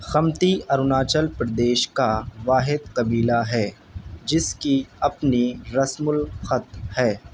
خمتی اروناچل پردیش کا واحد قبیلہ ہے جس کی اپنی رسم الخط ہے